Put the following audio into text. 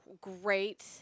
great